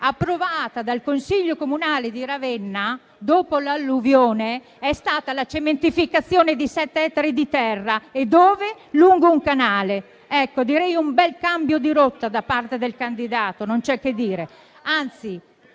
approvata dal Consiglio comunale di Ravenna dopo l'alluvione è stata la cementificazione di sette ettari di terra lungo un canale. Direi un bel cambio di rotta da parte del candidato, non c'è che dire,